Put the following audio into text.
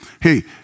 Hey